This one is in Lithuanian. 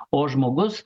o žmogus